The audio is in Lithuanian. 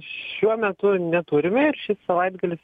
šiuo metu neturime šis savaitgalis